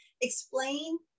explain